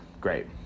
Great